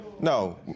No